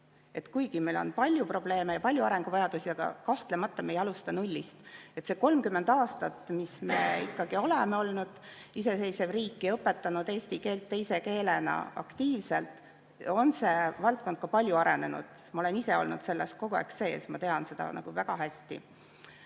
Kuigi meil on palju probleeme ja palju arenguvajadusi, me kahtlemata ei alusta nullist. See 30 aastat, mis me ikkagi oleme olnud iseseisev riik ja õpetanud eesti keelt teise keelena aktiivselt, on see valdkond ka palju arenenud. Ma olen ise olnud selles kogu aeg sees, ma tean seda väga hästi.